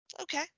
Okay